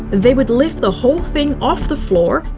they would lift the whole thing off the floor,